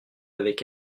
avec